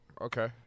okay